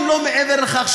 אם לא מעבר לכך,